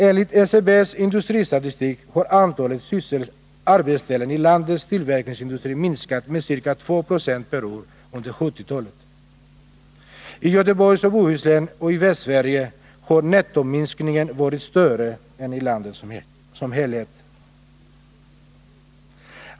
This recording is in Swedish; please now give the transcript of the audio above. Enligt SCB:s industristatistik har antalet arbetsställen i landets tillverkningsindustri minskat med ca 2 96 per år under 1970-talet. I Göteborg och Bohus län och över huvud taget i Västsverige har nettominskningen varit större än i landet som helhet.